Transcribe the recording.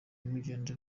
mugende